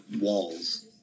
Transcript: walls